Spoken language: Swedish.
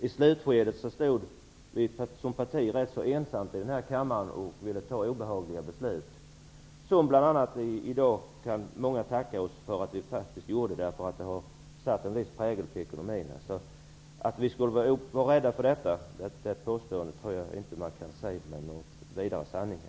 I slutskedet var vi ganska ensamma i denna kammare om att vilja fatta dessa obehagliga beslut, som i dag många tackar oss för. De har satt en viss prägel på ekonomin. Att påstå att vi skulle vara rädda för sådant är inte någon vidare sanning.